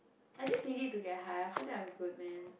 I just need it to get high after that I'm good man